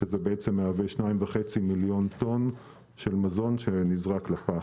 שזה מהווה 2.5 מיליון טון של מזון שנזרק לפח.